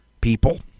people